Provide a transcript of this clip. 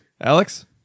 Alex